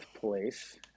place